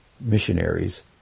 missionaries